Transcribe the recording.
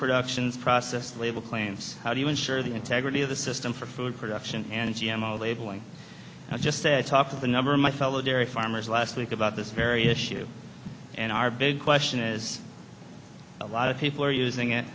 productions processed label claims how do you ensure the integrity of the system for food production and g m o labeling i just said talk to the number of my fellow dairy farmers last week about this very issue and our big question is a lot of people are using it